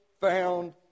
found